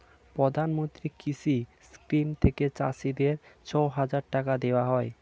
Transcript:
প্রধানমন্ত্রী কৃষি স্কিম থেকে চাষীদের ছয় হাজার টাকা দেওয়া হয়